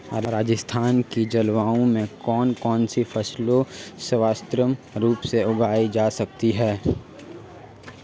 राजस्थान की जलवायु में कौन कौनसी फसलें सर्वोत्तम रूप से उगाई जा सकती हैं?